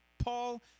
Paul